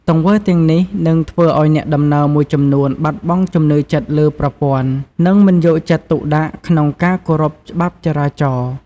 ទង្វើទាំងនេះ ធ្វើឱ្យអ្នកធ្វើដំណើរមួយចំនួនបាត់បង់ជំនឿចិត្តលើប្រព័ន្ធ និងមិនយកចិត្តទុកដាក់ក្នុងការគោរពច្បាប់ចរាចរណ៍។